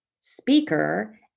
speaker